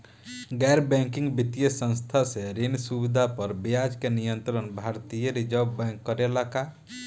गैर बैंकिंग वित्तीय संस्था से ऋण सुविधा पर ब्याज के नियंत्रण भारती य रिजर्व बैंक करे ला का?